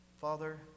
Father